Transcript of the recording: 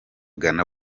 ghana